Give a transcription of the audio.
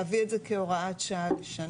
להביא את זה כהוראת שעה לשנה,